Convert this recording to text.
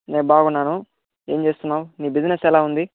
నేను బాగున్నాను ఏం చేస్తున్నావు నీ బిజినెస్ ఎలా ఉంది